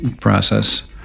process